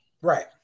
Right